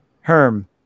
Herm